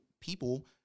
people